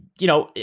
you know,